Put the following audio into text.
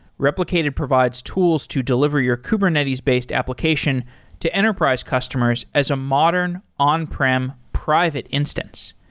replicated provides tools to delivery your kubernetes-based application to enterprise customers as a modern on prem private instance.